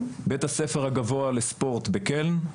בית הספר הגבוה לספורט בקלן,